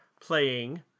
playing